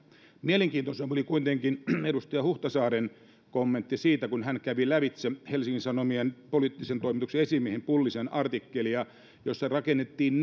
mielenkiintoisempi oli kuitenkin edustaja huhtasaaren kommentti kun hän kävi lävitse helsingin sanomien poliittisen toimituksen esimiehen pullisen artikkelia jossa rakennettiin